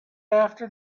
after